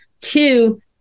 Two